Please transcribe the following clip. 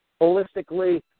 holistically